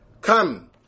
come